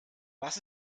was